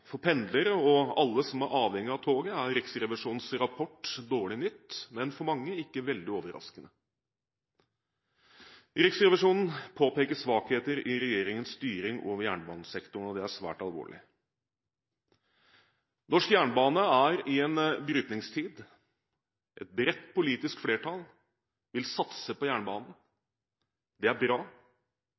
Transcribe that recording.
For pendlere og alle som er avhengig av toget, er Riksrevisjonens rapport dårlig nytt, men for mange ikke veldig overraskende. Riksrevisjonen påpeker svakheter i regjeringens styring over jernbanesektoren, og det er svært alvorlig. Norsk jernbane er i en brytningstid. Et bredt politisk flertall vil satse på jernbanen. Det er bra.